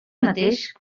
mateix